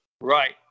Right